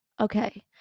okay